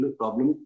problem